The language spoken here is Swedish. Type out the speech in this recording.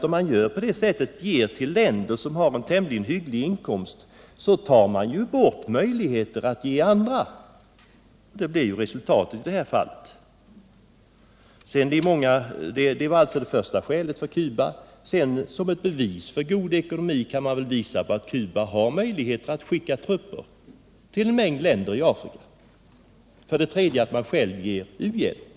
Om man ger till länder som har en tämligen hygglig inkomst blir ju följden att man minskar möjligheterna att ge bistånd till andra länder. Som ytterligare skäl för att inte ge något bistånd till Cuba kan man hänvisa till att Cuba har så god ekonomi att landet har möjligheter att skicka trupper till en mängd länder i Afrika. Ytterligare ett skäl är att landet självt ger uhjälp.